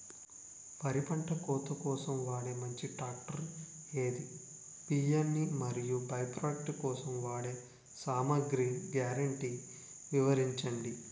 వరి పంట కోత కోసం వాడే మంచి ట్రాక్టర్ ఏది? బియ్యాన్ని మరియు బై ప్రొడక్ట్ కోసం వాడే సామాగ్రి గ్యారంటీ వివరించండి?